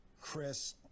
Chris